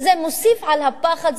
זה מוסיף על הפחד,